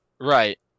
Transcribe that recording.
right